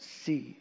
see